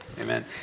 Amen